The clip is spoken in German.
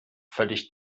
völlig